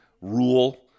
rule